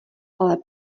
ale